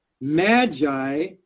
Magi